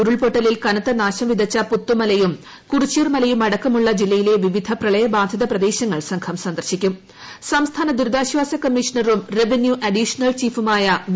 ഉരുൾപൊട്ടലിൽ കനത്ത നാശം വിതച്ച പുത്തുമലയും കുറിച്യർമലയും അടക്കമുള്ള ജില്ലയില്ലെ പ്ലവിധ പ്രളയ ബാധിത പ്രദേശങ്ങൾ സംഘം സന്ദർശിക്കൂട്ടു സംസ്ഥാന ദുരിതാശ്ചാസ കമ്മീഷ്ണറും റവന്യൂ അഡീഷണിൽ ചീഫുമായ വി